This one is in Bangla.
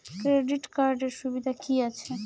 ক্রেডিট কার্ডের সুবিধা কি আছে?